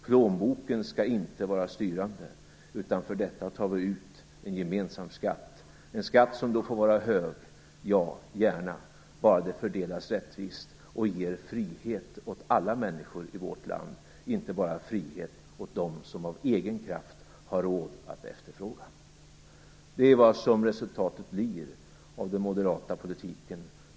Plånboken skall inte vara styrande, utan för detta tar vi ut en gemensam skatt - en skatt som gärna får vara hög bara det fördelas rättvist och frihet ges åt alla människor i vårt land, inte bara åt dem som av egen kraft har råd att efterfråga. Det är vad resultatet av den moderata politiken blir.